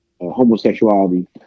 homosexuality